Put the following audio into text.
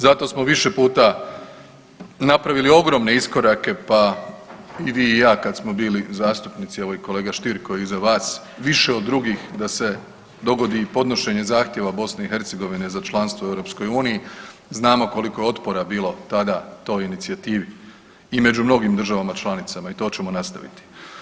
Zato smo više puta napravili ogromne iskorake, pa i vi i ja, kad smo bili zastupnici, evo i kolega Stier koji je iza vas, više od drugih da se dogodi i podnošenje zahtjeva BiH za članstvo u EU, znamo koliko otpora bilo tada toj inicijativi i među mnogim državama članicama i to ćemo nastaviti.